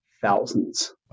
thousands